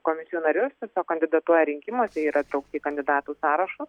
komisijų narius kandidatuoja rinkimuose yra įtraukti į kandidatų sąrašus